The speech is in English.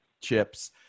chips